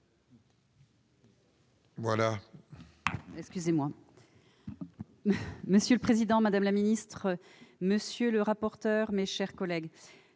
Voilà